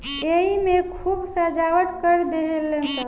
एईमे खूब सजावट कर देहलस